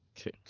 Okay